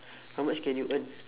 how much can you earn